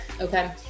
okay